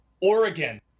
Oregon